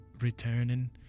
returning